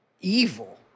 evil